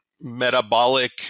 metabolic